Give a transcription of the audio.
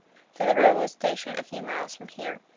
to the railway station a few miles from here,